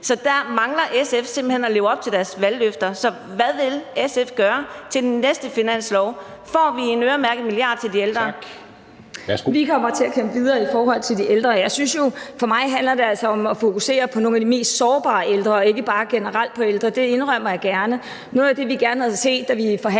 kr. øremærket til de ældre? Kl. 14:38 Formanden (Henrik Dam Kristensen): Tak. Værsgo. Kl. 14:38 Pia Olsen Dyhr (SF): Vi kommer til at kæmpe videre i forhold til de ældre. For mig handler det altså om at fokusere på nogle af de mest sårbare ældre og ikke bare generelt på ældre. Det indrømmer jeg gerne. Noget af det, vi gerne havde set, da vi forhandlede